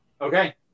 Okay